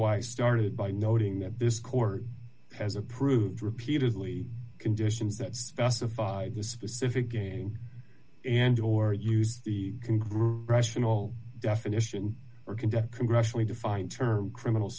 why i started by noting that this court has approved repeatedly conditions that specified the specific game and or used the can grow in all definition or conduct congressionally defined term criminal